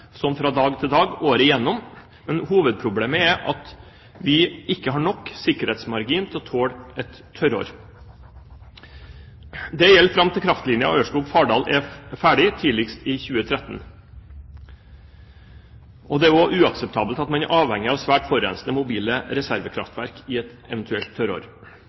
fra dag til dag året igjennom, men hovedproblemet er at vi ikke har god nok sikkerhetsmargin til å tåle et tørrår. Det gjelder fram til kraftlinja Ørskog–Fardal er ferdig, tidligst i 2013. Det er også uakseptabelt at man er avhengig av svært forurensende mobile reservekraftverk i et eventuelt